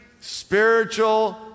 spiritual